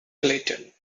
clayton